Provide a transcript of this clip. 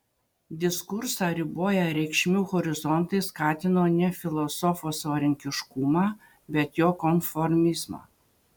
diskursą riboję reikšmių horizontai skatino ne filosofo savarankiškumą bet jo konformizmą